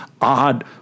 odd